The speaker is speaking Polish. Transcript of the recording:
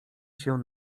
się